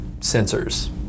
sensors